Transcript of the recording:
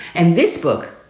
and this book,